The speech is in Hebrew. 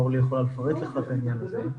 המנכ"לית יכולה לפרט לך את העניין הזה.